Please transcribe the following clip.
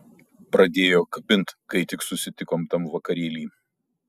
pradėjo kabint kai tik susitikom tam vakarėly